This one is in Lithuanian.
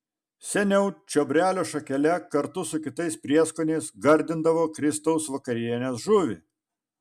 seniau čiobrelio šakele kartu su kitais prieskoniais gardindavo kristaus vakarienės žuvį